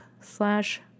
slash